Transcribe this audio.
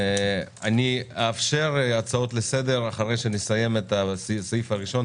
אאפשר הצעות לסדר אחרי הסעיף הראשון